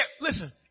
Listen